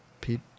Pete